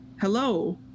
hello